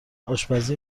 آشپزی